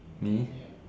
me